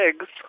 eggs